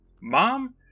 Mom